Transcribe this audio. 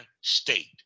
state